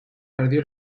perdió